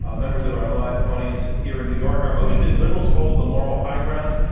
um members of our live audience here in new york. our motion is liberals hold the moral high ground.